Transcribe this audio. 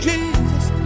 Jesus